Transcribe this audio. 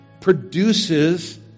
produces